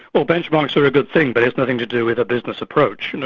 well, benchmarks are a good thing, but it's nothing to do with a business approach. you know